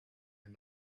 and